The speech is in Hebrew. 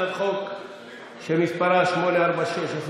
הצעת חוק שמספרה 846/24,